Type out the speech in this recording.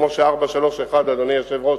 אדוני היושב-ראש,